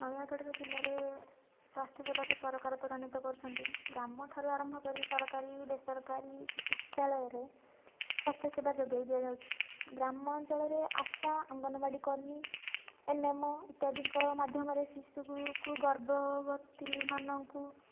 ନୟାଗଡ଼ର ଜିଲ୍ଲାରେ ସ୍ଵାସ୍ଥ୍ୟ ସେବାକୁ ସରକାର ତ୍ଵରାନ୍ୱିତ କରୁଛନ୍ତି ଗ୍ରାମଠାରୁ ଆରମ୍ଭ କରି ସରକାରୀ ବେସରକାରୀ ଚିକିତ୍ସାଳୟରେ ସ୍ଵାସ୍ଥ୍ୟ ସେବା ଯୋଗାଇ ଦିଆ ଯାଉଛି ଗ୍ରାମାଞ୍ଚଳରେ ଆଶା ଅଙ୍ଗନବାଡ଼ିକର୍ମୀ ଏନ ଏମ ଇତ୍ୟାଦିଙ୍କ ମାଧ୍ୟମରେ ଶିଶୁକୁକୁ ଗର୍ବବତୀମାନଙ୍କୁ